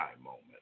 moment